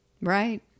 Right